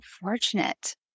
fortunate